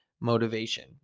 motivation